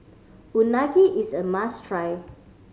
Unagi is a must try